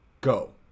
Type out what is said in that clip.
go